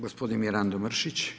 Gospodin Mirando Mrsić.